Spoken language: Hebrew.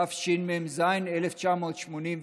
התשמ"ז 1986,